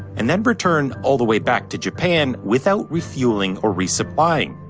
and then return all the way back to japan without refueling or resupplying.